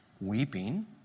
weeping